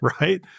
Right